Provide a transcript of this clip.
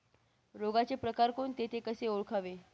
रोगाचे प्रकार कोणते? ते कसे ओळखावे?